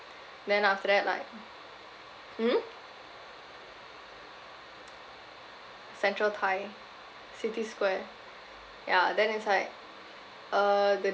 then after that like hmm central thai city square ya then it's like uh the